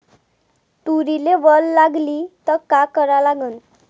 तुरीले वल लागली त का करा लागन?